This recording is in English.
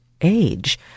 age